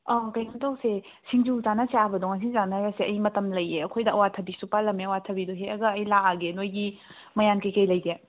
ꯀꯩꯅꯣ ꯇꯧꯁꯦ ꯁꯤꯡꯖꯨ ꯆꯥꯅꯁꯦ ꯍꯥꯏꯕꯗꯣ ꯉꯁꯤ ꯆꯥꯅꯔꯁꯦ ꯑꯩ ꯃꯇꯝ ꯂꯩꯌꯦ ꯑꯩꯈꯣꯏꯗ ꯑꯋꯥꯊꯕꯤꯁꯨ ꯄꯥꯜꯂꯝꯃꯦ ꯑꯋꯥꯊꯕꯤꯗꯣ ꯍꯦꯛꯑꯒ ꯑꯩ ꯂꯥꯛꯑꯒꯦ ꯅꯣꯏꯒꯤ ꯃꯌꯥꯟ ꯀꯩ ꯀꯩ ꯂꯩꯒꯦ